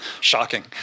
Shocking